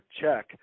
check